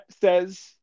says